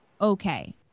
okay